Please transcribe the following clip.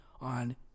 On